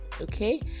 okay